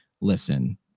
listen